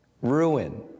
ruin